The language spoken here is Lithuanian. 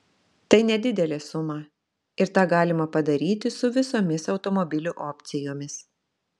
tai nedidelė suma ir tą galima padaryti su visomis automobilių opcijomis